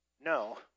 no